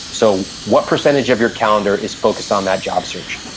so what percentage of your calendar is focused on that job search?